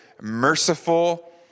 merciful